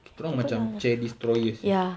kita orang macam chair destroyers eh